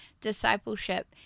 discipleship